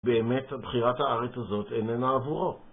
באמת, בחירת הארץ הזאת איננה עבורו.